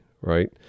right